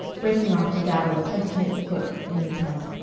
breaking off to dabble a tentative foot in the tub.